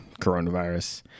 coronavirus